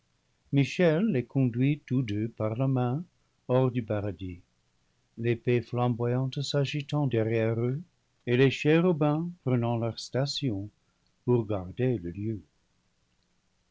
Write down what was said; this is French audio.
michel les conduit tous deux par la main hors du paradis l'épée flamboyante s'agitant derrière eux et les chérubins prenant leur station pour garder le lieu